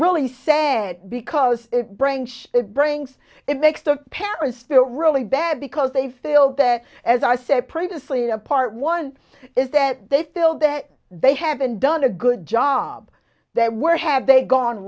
really sad because branch it brings it makes the parents there really bad because they feel that as i said previously apart once is that they feel that they haven't done a good job there where have they gone